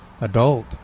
adult